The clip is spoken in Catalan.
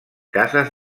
cases